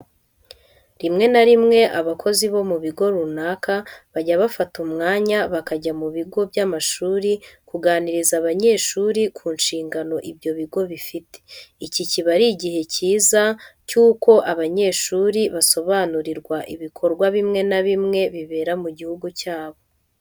Rimwe na rimwe abakozi bo mu bigo runaka bajya bafata umwanya bakajya mu bigo by'amashuri kuganiriza abanyeshuri ku nshingano ibyo bigo bifite. Iki kiba ari igihe cyiza cy'uko abanyeshuri basobanurirwa ibikorwa bimwe na bimwe bibera mu gihugu cyabo.